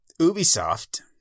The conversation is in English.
Ubisoft